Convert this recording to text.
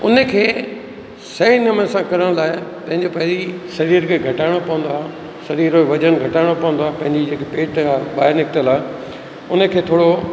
उनखे सही नमूने सां करण लाइ पंहिंजे पहिरियों शरीर खे घटाइणो पवंदो आहे शरीर जो वज़नु घटाइणो पवंदो आहे पंहिंजी जेको पेटु आहे ॿायर निकतल आहे उनखे थोरो